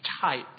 type